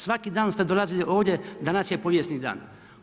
Svaki dana ste dolazili ovdje, danas je povijesni dan.